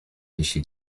jeśli